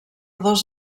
dos